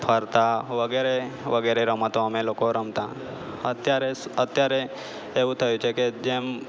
ફરતા વગેરે વગેરે રમતો અમે લોકો રમતા અત્યારે અત્યારે એવું થયું છે કે જેમ